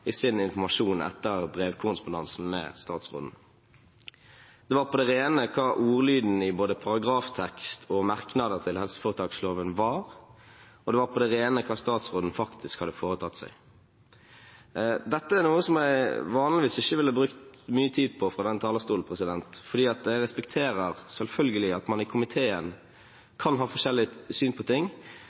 i sin informasjon etter brevkorrespondansen med statsråden. Det var på det rene hva ordlyden i både paragraftekst og merknader til helseforetaksloven var, og det var på det rene hva statsråden faktisk hadde foretatt seg. Dette er noe som jeg vanligvis ikke ville brukt mye tid på fra denne talerstolen, fordi jeg selvfølgelig respekterer at man i komiteen kan ha forskjellige syn på ting,